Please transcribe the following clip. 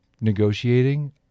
negotiating